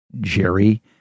Jerry